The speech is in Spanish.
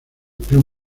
club